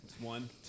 One